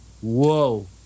Whoa